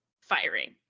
firing